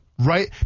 Right